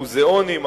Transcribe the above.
מוזיאונים,